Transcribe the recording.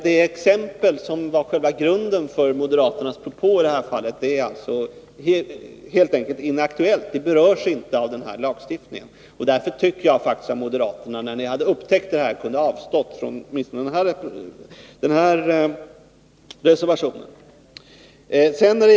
Det exempel som var själva grunden för moderaternas propå i det här fallet är helt enkelt inaktuellt. Det berörs inte av den här lagstiftningen. Därför tycker jag faktiskt att ni moderater, när ni upptäckte det här, kunde ha avstått åtminstone från denna reservation.